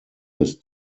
his